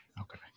Okay